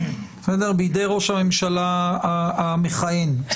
בידי ראש ממשלה המכהן,